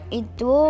itu